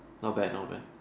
not bad not bad